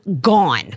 gone